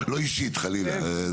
לא אישית, חלילה.